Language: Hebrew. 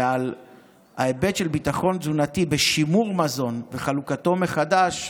ועל ההיבט של ביטחון תזונתי בשימור מזון וחלוקתו מחדש,